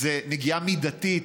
זו פגיעה מידתית,